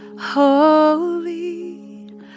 holy